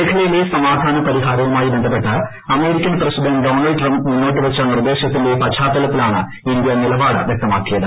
മേഖലയിലെ സമാധാനപരിഹാരവുമായി ബന്ധപ്പെട്ട് അമേരിക്കൻ പ്രസിഡന്റ് ഡൊണാൾഡ് ട്രംപ് മുന്നോട്ട് വെച്ച നിർദ്ദേശത്തിന്റെ പശ്ചാത്തലത്തിലാണ് ഇന്തൃ നിലപാട് വ്യക്തമാക്കിയത്